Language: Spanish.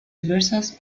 diversas